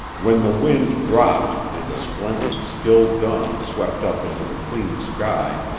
when the wind dropped and a splendid, still dawn swept up into the clean sky,